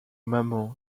maman